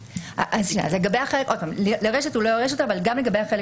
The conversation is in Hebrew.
עוד פעם, לרשת, הוא לא יירש, אבל גם לגבי החלק